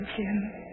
Jim